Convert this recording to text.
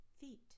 feet